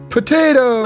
Potato